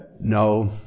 No